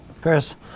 Chris